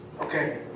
Okay